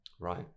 Right